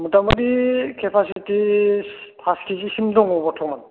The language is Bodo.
मथामथि केपासिटि पास केजिसिम दङ बर्थमान